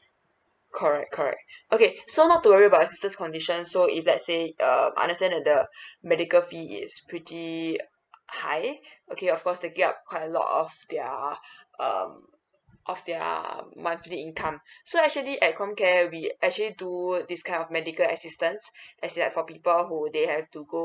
correct correct okay so not to worry about your sister's condition so if let's say err understand that the medical fee is pretty high okay of course taking up lot of their um of their monthly income so actually at com care we actually do this kind of medical assistance as it like for people who they have to go